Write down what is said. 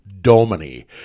Domini